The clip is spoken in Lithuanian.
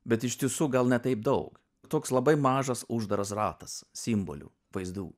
bet iš tiesų gal ne taip daug toks labai mažas uždaras ratas simbolių vaizdų